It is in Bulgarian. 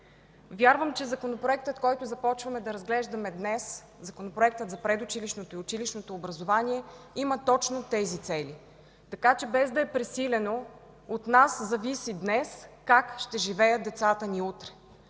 Вярвам, че законопроектът, който започваме да разглеждаме днес – Законопроектът за предучилищното и училищното образование, има точно тези цели. Така че, без да е пресилено, от нас зависи днес как ще живеят децата ни утре.